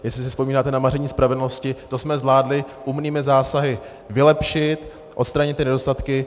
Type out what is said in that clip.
Jestli si vzpomínáte na maření spravedlnosti, to jsme zvládli umnými zásahy vylepšit, odstranit nedostatky.